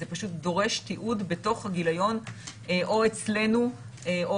זה פשוט דורש תיעוד בתוך הגיליון או אצלנו או